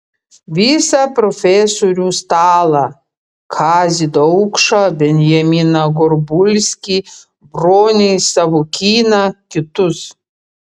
visą profesorių stalą kazį daukšą benjaminą gorbulskį bronį savukyną kitus